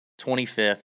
25th